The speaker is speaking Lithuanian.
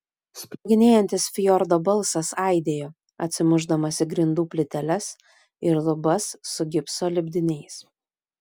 sproginėjantis fjordo balsas aidėjo atsimušdamas į grindų plyteles ir lubas su gipso lipdiniais